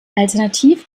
alternativ